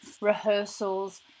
rehearsals